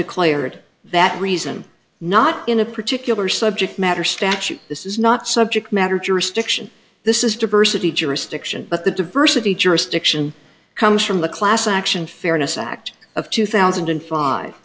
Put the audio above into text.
declared that reason not in a particular subject matter statute this is not subject matter jurisdiction this is diversity jurisdiction but the diversity jurisdiction comes from the class action fairness act of two thousand and five